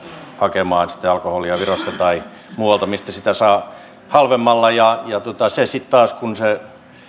hakemaan alkoholia virosta tai muualta mistä sitä saa halvemmalla ja kun se